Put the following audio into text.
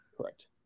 Correct